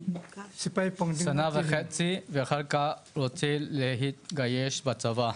שנה וחצי ואחר כך הוא רוצה להתגייס לצבא.